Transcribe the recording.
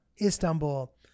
Istanbul